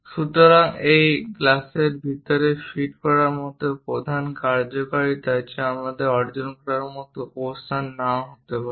সুতরাং এই গ্লাসের ভিতরে ফিট করার মতো প্রধান কার্যকারিতা যা আমরা অর্জন করার মতো অবস্থানে নাও থাকতে পারি